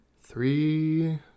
three